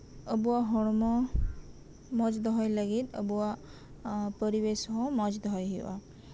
ᱟᱵᱚ ᱦᱚᱲᱢᱚ ᱢᱚᱸᱡ ᱫᱚᱦᱚᱭ ᱞᱟᱹᱜᱤᱫ ᱟᱵᱚᱣᱟᱜ ᱯᱚᱨᱤᱵᱮᱥ ᱦᱚᱸ ᱢᱚᱸᱡ ᱫᱚᱦᱚᱭ ᱦᱩᱭᱩᱜᱼᱟ